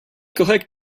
korrekt